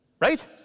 right